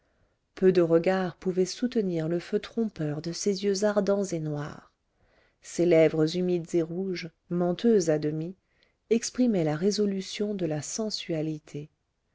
peu de regards pouvaient soutenir le feu trompeur de ses yeux ardents et noirs ses lèvres humides et rouges menteuses à demi exprimaient la résolution de la sensualité